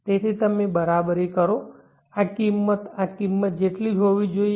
તેથી તમે બરાબરી કરો આ કિંમત આ કિંમત જેટલી હોવી જોઈએ